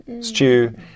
Stew